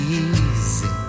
easy